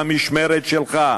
במשמרת שלך.